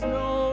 no